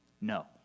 no